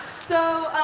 so,